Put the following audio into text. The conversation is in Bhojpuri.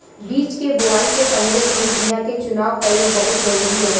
बीज के बोआई से पहिले सही बीया के चुनाव कईल बहुत जरूरी रहेला